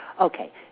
Okay